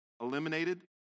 eliminated